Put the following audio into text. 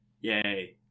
Yay